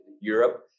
Europe